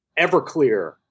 Everclear